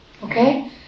Okay